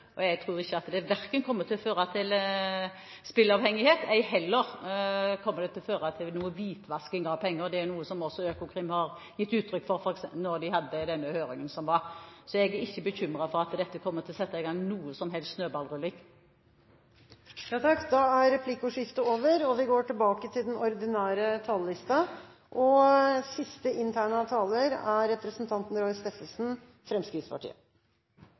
Jeg tror ikke at det kommer til å føre til spilleavhengighet, ei heller kommer det til å føre til hvitvasking av penger – det er noe som også Økokrim ga uttrykk for da en hadde den høringen som var. Så jeg er ikke bekymret for at dette kommer til å sette i gang noen som helst snøballrulling. Replikkordskiftet er over. De talere som heretter får ordet, har en taletid på inntil 3 minutter. Dette er bare vill gjetning, men i motsetning til